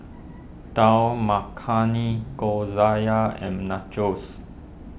Dal Makhani and Nachos